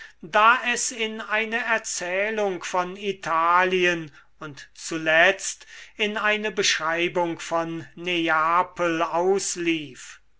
da es in eine erzählung von italien und zuletzt in eine beschreibung von neapel auslief